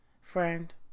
Friend